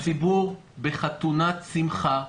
הציבור בחתונת שמחה,